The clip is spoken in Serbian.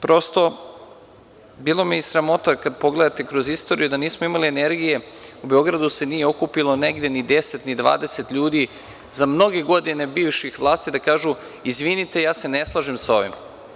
Prosto, bilo me je i sramota kada pogledate kroz istoriju da nismo imali energije, u Beogradu se nije okupilo negde ni 10, ni 20 ljudi za mnoge godine bivših vlasti i da kažu – izvinite, ja se ne slažem sa ovim.